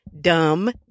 dumb